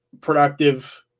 Productive